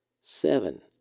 Seven